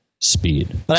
speed